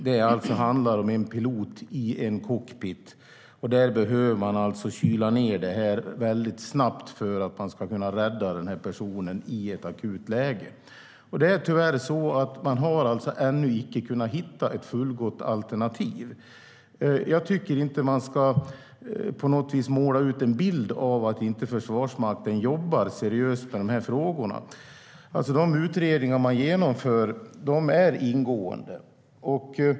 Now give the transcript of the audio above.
Det handlar om en pilot i en cockpit, och man behöver kyla ned väldigt snabbt för att kunna rädda personen i ett akut läge. Tyvärr har man alltså ännu inte kunnat hitta ett fullgott alternativ. Jag tycker inte att man på något sätt ska måla upp en bild av att Försvarsmakten inte jobbar seriöst med de här frågorna. De utredningar som genomförs är ingående.